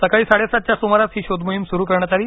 सकाळी साडे सातच्या सुमारास ही शोध मोहीम सुरु करण्यात आली